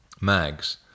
mags